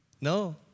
No